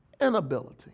inability